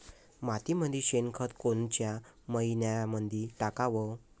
मातीमंदी शेणखत कोनच्या मइन्यामंधी टाकाव?